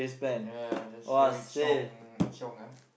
ya then straightaway chiong chiong ah